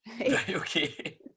Okay